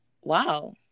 wow